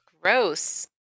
Gross